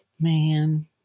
Man